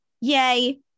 Yay